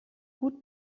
gut